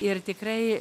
ir tikrai